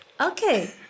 Okay